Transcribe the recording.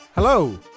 Hello